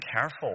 careful